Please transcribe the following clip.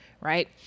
Right